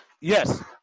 yes